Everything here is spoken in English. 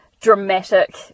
dramatic